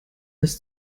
als